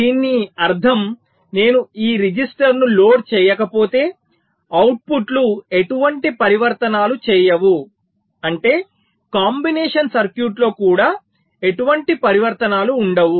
దీని అర్థం నేను ఈ రిజిస్టర్ను లోడ్ చేయకపోతే అవుట్పుట్లు ఎటువంటి పరివర్తనాలు చేయవు అంటే కాంబినేషన్ సర్క్యూట్లో కూడా ఎటువంటి పరివర్తనాలు ఉండవు